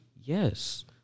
Yes